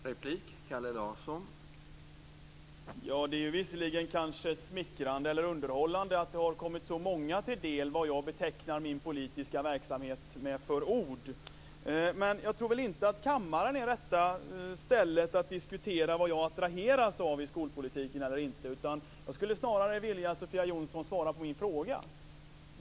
Herr talman! Det är visserligen smickrande eller underhållande att det har kommit så många till del vad jag betecknar min politiska verksamhet med för ord. Men jag tror inte att kammaren är rätta stället för att diskutera vad jag attraheras eller inte attraheras av i skolpolitiken. Jag skulle snarare vilja att Sofia Jonsson svarar på mina frågor.